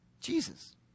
Jesus